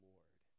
Lord